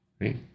right